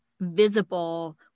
visible